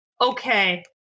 Okay